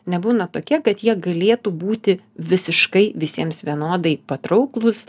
nebūna tokie kad jie galėtų būti visiškai visiems vienodai patrauklūs